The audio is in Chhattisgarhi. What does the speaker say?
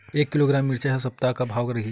एक किलोग्राम मिरचा के ए सप्ता का भाव रहि?